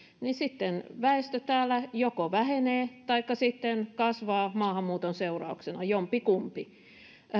niin sitten väestö täällä joko vähenee taikka kasvaa maahanmuuton seurauksena jompikumpi